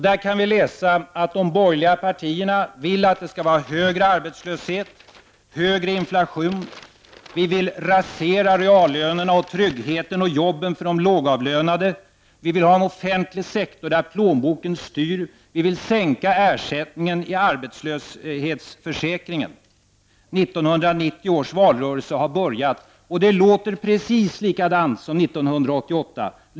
Där kan vi läsa att de borgerliga partierna vill att det skall vara högre arbetslöshet, att de vill ha högre inflation, att de vill rasera reallönerna, tryggheten och jobben för de lågavlönade, att de vill ha en offentlig sektor där plånboken styr och att de vill sänka ersättningen i arbetslöshetsförsäkringen. 1990 års valrörelse har börjat. Och det låter precis likadant som 1988.